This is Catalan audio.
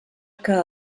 que